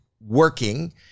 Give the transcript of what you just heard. working